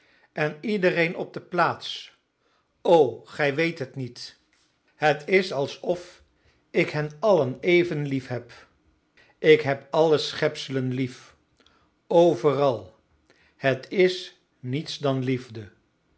en iedereen op de plaats o gij weet het niet het is alsof ik hen allen even lief heb ik heb alle schepselen lief overal het is niets dan liefde